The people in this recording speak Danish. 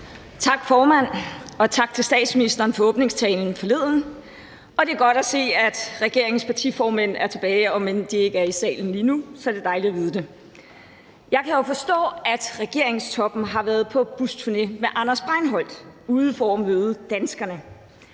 Tak, formand, og tak til statsministeren for åbningstalen forleden. Det er godt at se, at regeringens partiformænd er tilbage – om end de ikke er i salen lige nu, er det dejligt at vide det. Jeg kan jo forstå, at regeringstoppen har været ude på busturné med Anders Breinholt for at møde danskerne.